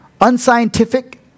unscientific